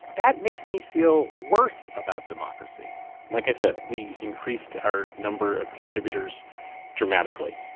that makes me feel worse about democracy like i said, we increased our number of contributors dramatically.